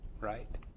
right